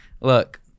Look